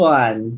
one